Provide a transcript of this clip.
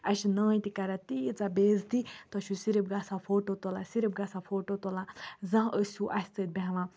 اَسہِ چھِ نانۍ تہِ کَران تیٖژاہ بے عزتی تۄہہِ چھُ صرف گژھان فوٹو تُلان صرف گژھان فوٹو تُلان زانٛہہ ٲسِہِو اَسہِ سۭتۍ بیٚہوان